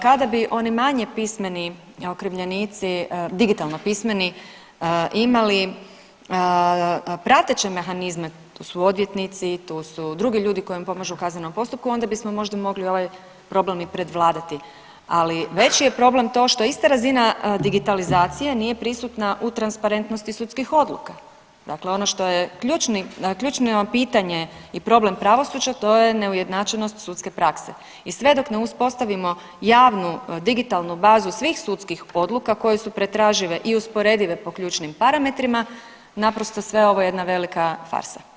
Kada bi oni manje pismeni okrivljenici, digitalno pismeni, imali prateće mehanizme, tu su odvjetnici, tu su drugi ljudi koji im pomažu u kaznenom postupku, onda bismo možda mogli ovaj problem i predvladati, ali veći je problem to što ista razina digitalizacije nije prisutna u transparentnosti sudskih odluka, dakle ono što je ključno pitanje i problem pravosuđa, to je neujednačenost sudske prakse i sve dok ne uspostavimo javnu digitalnu bazu svih sudskih odluka koje su pretražive i usporedive po ključnim parametrima, naprosto, sve ovo je jedna velika farsa.